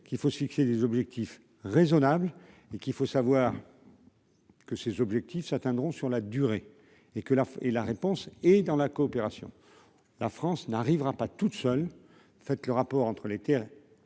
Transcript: qu'il faut se fixer des objectifs raisonnables et qu'il faut savoir que ces objectifs atteindront sur la durée et que la et la réponse est dans la coopération, la France n'arrivera pas toute seule, fait le rapport entre les Terres